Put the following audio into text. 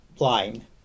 line